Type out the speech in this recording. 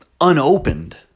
unopened